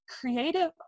creative